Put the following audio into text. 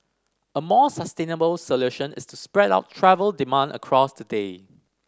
a more sustainable solution is to spread out travel demand across the day